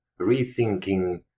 rethinking